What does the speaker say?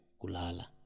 kulala